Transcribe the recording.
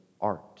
art